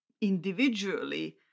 individually